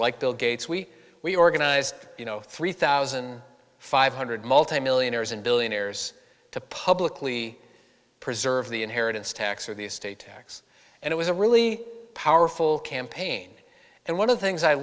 like bill gates we we organize you know three thousand five hundred multi millionaires and billionaires to publicly preserve the inheritance tax or the estate tax and it was a really powerful campaign and one of the things i